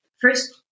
first